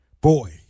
Boy